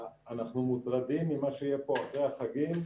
אנחנו מוטרדים ממה שיהיה פה אחרי החגים,